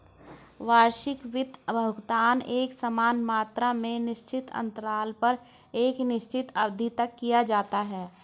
वार्षिक वित्त भुगतान एकसमान मात्रा में निश्चित अन्तराल पर एक निश्चित अवधि तक किया जाता है